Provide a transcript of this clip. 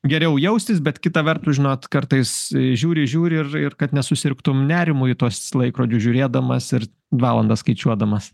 geriau jaustis bet kita vertus žinot kartais žiūri žiūri ir ir kad nesusirgtum nerimu į tuos laikrodžius žiūrėdamas ir valandas skaičiuodamas